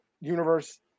universe